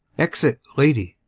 exit lady